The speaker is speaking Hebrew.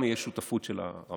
תהיה גם שותפות של הרמטכ"ל,